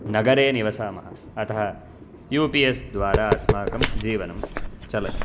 नगरे निवसामः अतः यू पि एस् द्वारा अस्माकं जीवनं चलति